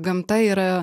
gamta yra